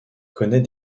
connaît